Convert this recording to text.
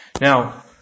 Now